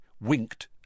winked